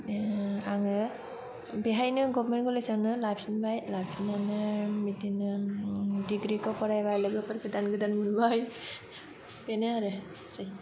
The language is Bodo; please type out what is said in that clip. आंङो बेहायनो गभारमेनट कलेजआवनो लाफिनबाय लाफिननानै बिदिनो दिग्रिखौ फरायबाय लोगोफोर गोदान गोदान मोनबाय बेनो आरो